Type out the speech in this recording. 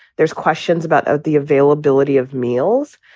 there's questions about the availability of meals.